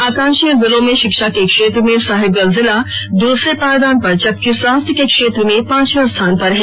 आकांक्षी जिलों में शिक्षा के क्षेत्र में साहिबगंज जिला दूसरे पायदान पर जबकि स्वास्थ्य के क्षेत्र मे पांचवे स्थान पर है